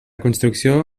construcció